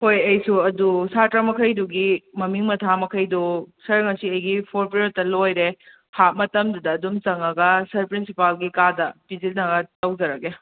ꯍꯣꯏ ꯑꯩꯁꯨ ꯑꯗꯨ ꯁꯥꯠꯇ꯭ꯔ ꯃꯈꯩꯗꯨꯒꯤ ꯃꯃꯤꯡ ꯃꯊꯥ ꯃꯈꯩꯗꯣ ꯁꯥꯔ ꯉꯁꯤ ꯑꯩꯒꯤ ꯐꯣꯔ ꯄꯦꯔꯠꯇ ꯂꯣꯏꯔꯦ ꯍꯥꯞ ꯃꯇꯝꯗꯨꯗ ꯑꯗꯨꯝ ꯆꯪꯉꯒ ꯁꯥꯔ ꯄ꯭ꯔꯤꯟꯁꯤꯄꯜꯒꯤ ꯀꯥꯗ ꯄꯤꯁꯤꯟꯅꯤꯉꯥꯏ ꯇꯧꯖꯔꯒꯦ